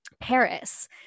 Paris